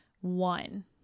one